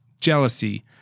jealousy